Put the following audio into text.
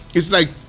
it's like,